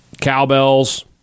cowbells